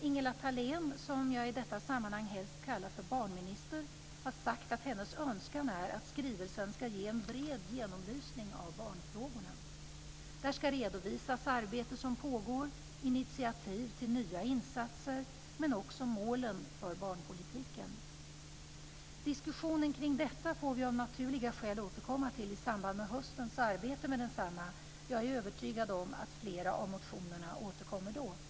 Ingela Thalén, som jag i detta sammanhang helst kallar för barnminister, har sagt att hennes önskan är att skrivelsen ska ge en bred genomlysning av barnfrågorna. Där ska redovisas arbete som pågår, initiativ till nya insatser men också målen för barnpolitiken. Diskussionen kring detta får vi av naturliga skäl återkomma till i samband med höstens arbete med densamma. Jag är övertygad om att flera av motionerna återkommer då.